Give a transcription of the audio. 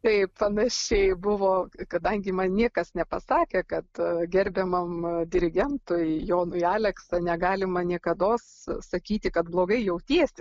taip panašiai buvo kadangi man niekas nepasakė kad gerbiamam dirigentui jonui aleksai negalima niekados sakyti kad blogai jautiesi